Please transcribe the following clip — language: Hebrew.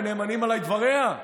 ונאמנים עליי דבריה,